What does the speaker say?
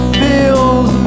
feels